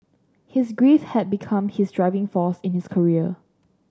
his grief had become his driving force in his career